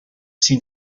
seem